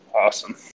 awesome